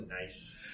nice